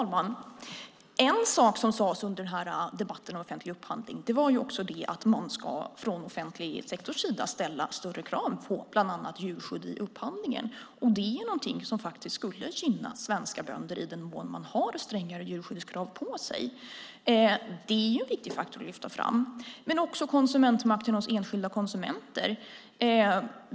Fru talman! En sak som sades under debatten om offentlig upphandling var att man från offentlig sektors sida ska ställa större krav på bland annat djurskydd vid upphandlingen. Det är någonting som skulle gynna svenska bönder i den mån man har strängare djurskyddskrav på sig. Det är en viktig faktor att lyfta fram. Men det är också konsumentmakten hos enskilda konsumenter.